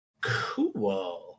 Cool